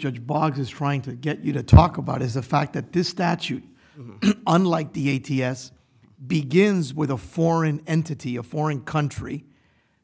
judge boggs is trying to get you to talk about is the fact that this statute unlike the a t s begins with a foreign entity a foreign country